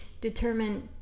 determine